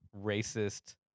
racist